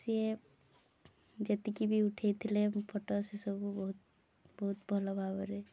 ସିଏ ଯେତିକି ବି ଉଠାଇଥିଲେ ଫଟୋ ସେସବୁ ବହୁତ ବହୁତ ଭଲ ଭାବରେ